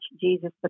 Jesus